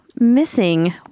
missing